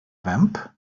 vamp